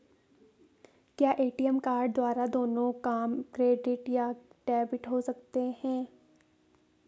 क्या ATM card द्वारा दोनों काम क्रेडिट या डेबिट हो सकता है?